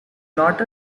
not